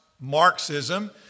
Marxism